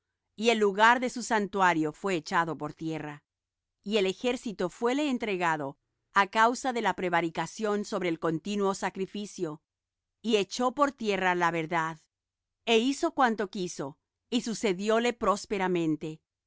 y el lugar de su santuario fué echado por tierra y el ejército fué le entregado á causa de la prevaricación sobre el continuo sacrificio y echó por tierra la verdad é hizo cuanto quiso y sucedióle